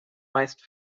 meist